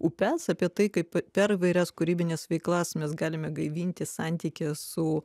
upes apie tai kaip per įvairias kūrybines veiklas mes galime gaivinti santykį su